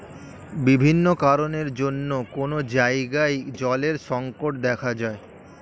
বিভিন্ন কারণের জন্যে কোন জায়গায় জলের সংকট দেখা যায়